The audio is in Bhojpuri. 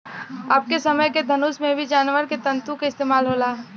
अबके समय के धनुष में भी जानवर के तंतु क इस्तेमाल होला